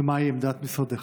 4. מהי עמדת משרדך?